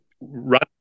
Run